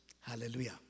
Hallelujah